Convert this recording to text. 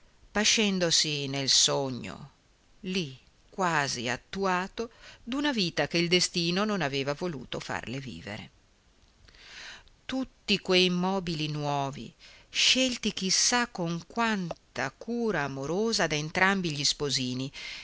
lì quasi attuato d'una vita che il destino non aveva voluto farle vivere tutti quei mobili nuovi scelti chi sa con quanta cura amorosa da entrambi gli sposini